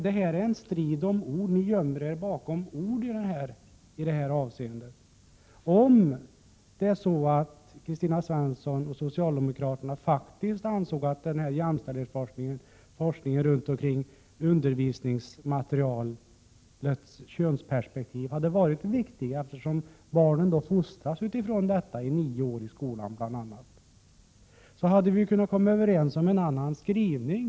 Det här är en strid om ord — ni gömmer er bakom ord i detta avseende. Om Kristina Svensson och övriga socialdemokrater faktiskt ansåg att jämställdhetsforskningen kring undervisningsmaterialets könsperspektiv hade varit viktig, eftersom barnen fostras utifrån detta bl.a. under nio år i skolan, så hade vi kunnat komma överens om en annan skrivning.